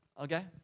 Okay